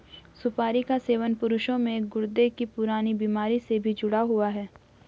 सुपारी का सेवन पुरुषों में गुर्दे की पुरानी बीमारी से भी जुड़ा हुआ है